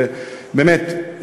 ובאמת,